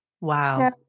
Wow